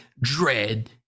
Dread